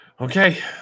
Okay